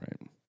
right